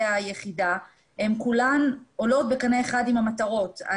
היחידה הן כולן עולות בקנה אחד עם המטרות.